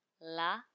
la